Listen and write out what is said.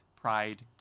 pride